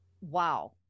wow